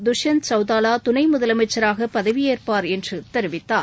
துஷ்யந்த் சௌதவா துணை முதலமைச்சராக பதவியேற்பார் என்று தெரிவித்தார்